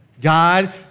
God